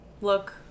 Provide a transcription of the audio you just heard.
look